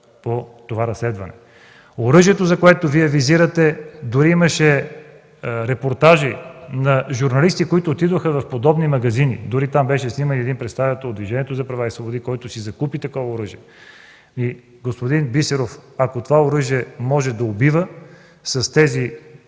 по разследването. Оръжието, което Вие визирате – имаше дори репортажи на журналисти, които отидоха в подобни магазини, там беше сниман дори представител на Движението за права и свободи, който си закупи такова оръжие. Господин Бисеров, ако това оръжие може да убива с тези